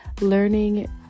learning